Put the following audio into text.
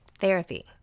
Therapy